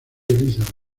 elizabeth